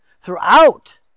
throughout